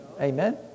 Amen